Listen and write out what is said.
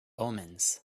omens